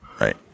Right